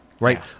Right